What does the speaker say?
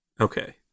Okay